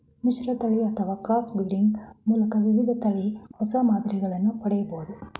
ಮಿಶ್ರತಳಿ ಅಥವಾ cross breeding ಮೂಲಕ ವಿವಿಧ ತಳಿಯ ಹೊಸ ಮಾದರಿಗಳನ್ನು ಪಡೆಯಬೋದು